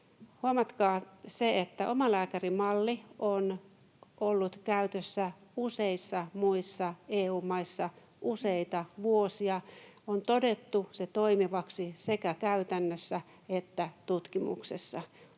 huomatkaa se, että omalääkärimalli on ollut käytössä useissa muissa EU-maissa useita vuosia. On todettu se toimivaksi sekä käytännössä että tutkimuksessa.